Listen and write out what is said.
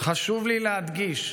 חשוב לי להדגיש: